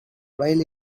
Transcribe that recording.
while